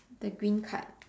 the green card